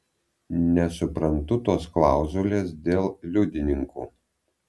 nesuprantu tos klauzulės dėl liudininkų